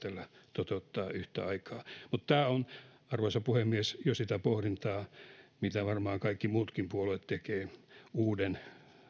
toteuttaa yhtä aikaa mutta tämä on arvoisa puhemies jo sitä pohdintaa mitä varmaan kaikki muutkin puolueet tekevät uuden